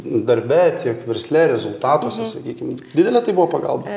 darbe tiek versle rezultatuose sakykim didelė tai buvo pagalba